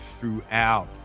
throughout